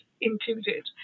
included